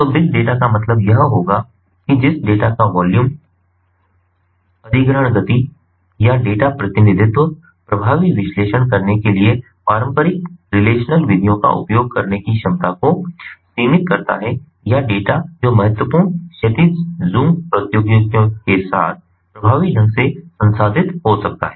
तो big data का मतलब यह होगा कि जिस डेटा का वॉल्यूम अधिग्रहण गति या डेटा प्रतिनिधित्व प्रभावी विश्लेषण करने के लिए पारंपरिक रिलेशनल विधियों का उपयोग करने की क्षमता को सीमित करता है या डेटा जो महत्वपूर्ण क्षैतिज ज़ूम प्रौद्योगिकियों के साथ प्रभावी ढंग से संसाधित हो सकता है